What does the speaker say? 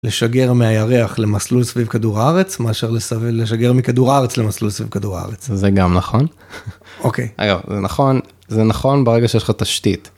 לשגר מהירח למסלול סביב כדור הארץ, מאשר לשגר מכדור הארץ למסלול סביב כדור הארץ. זה גם נכון, אוקיי, אגב, זה נכון, זה נכון ברגע שיש לך תשתית.